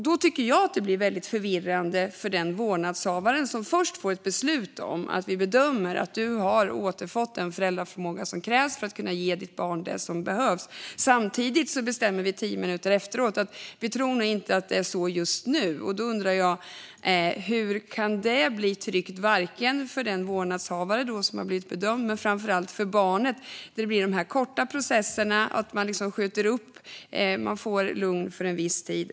Det blir väldigt förvirrande för den vårdnadshavare som först får ett beslut om att man bedömts ha återfått den föräldraförmåga som krävs för att kunna ge barnet det som behövs, om vi tio minuter senare kan bestämma att vi inte tror att det är så just nu. Hur kan det bli tryggt för den vårdnadshavare som har blivit bedömd och framför allt för barnet? Det blir korta processer med lugn för en viss tid.